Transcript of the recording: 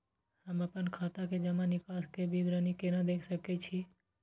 हम अपन खाता के जमा निकास के विवरणी केना देख सकै छी?